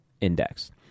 index